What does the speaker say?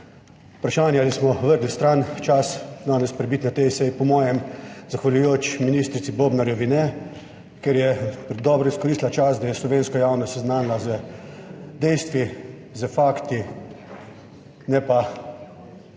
vprašanje, ali smo vrgli stran čas danes prebiti na tej seji, po mojem zahvaljujoč ministrici Bobnarjevi ne, ker je dobro izkoristila čas, da je slovensko javnost seznanila z dejstvi, s fakti, ne pa